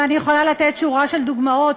ואני יכולה לתת שורה של דוגמאות.